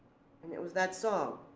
and it was that song,